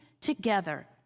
together